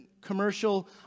commercial